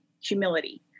humility